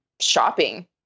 shopping